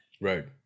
Right